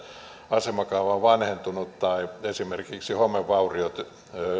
asemakaava on vanhentunut tai esimerkiksi homevauriot